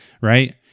right